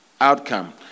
outcome